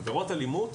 עבירות אלימות,